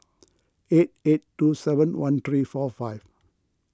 eight eight two seven one three four five